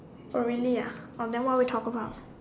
oh really ah oh then what do we talk about